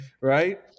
right